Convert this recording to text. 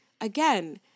again